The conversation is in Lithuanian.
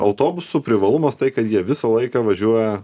autobusų privalumas tai kad jie visą laiką važiuoja